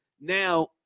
now